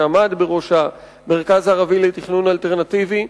שעמד בראש המרכז הערבי לתכנון אלטרנטיבי,